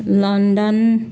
London